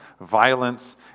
violence